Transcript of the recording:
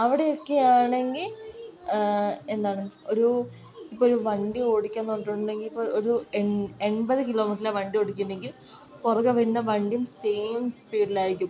അവിടെയൊക്കെയാണെങ്കിൽ എന്താണ് ഒരു ഇപ്പോൾ ഒരൂ വണ്ടി ഓടിക്കുകയെന്ന് പറഞ്ഞിട്ടുണ്ടെങ്കിൽ ഇപ്പോൾ ഒരൂ എൺ എൺപത് കിലോ മീറ്ററിലാണ് വണ്ടി ഓടിക്കുന്നെങ്കിൽ പുറകിൽ വരുന്ന വണ്ടിയും സെയിം സ്പീഡിലായിരിക്കും